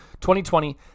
2020